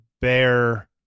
bear